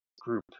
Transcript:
group